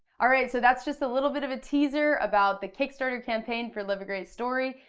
alright, so that's just a little bit of a teaser about the kickstarter campaign for live a great story.